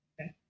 Okay